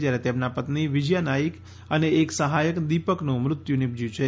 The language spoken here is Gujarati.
જ્યારે તેમના પત્ની વિજયા નાઇક અને એક સહાયક દીપકનું મૃત્યુ નિપશ્યું છે